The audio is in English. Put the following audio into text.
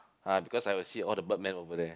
ah because I will see all the bird man over there